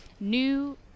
new